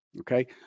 okay